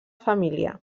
família